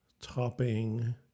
topping